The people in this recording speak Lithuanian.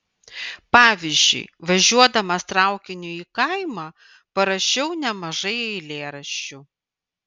pavyzdžiui važiuodamas traukiniu į kaimą parašiau nemažai eilėraščių